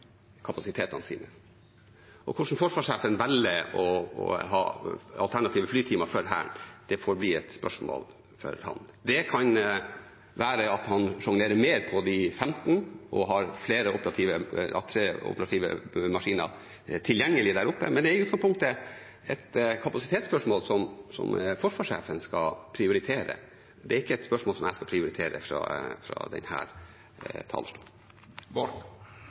kapasitetene sine, og hvordan forsvarssjefen velger å ha alternative flytimer for Hæren, får bli et spørsmål for ham. Det kan være at han sjonglerer mer på de 15 og har flere enn 3 operative maskiner tilgjengelig der oppe, men det er i utgangspunktet et kapasitetsspørsmål som forsvarssjefen skal prioritere. Det er ikke et spørsmål som jeg skal prioritere fra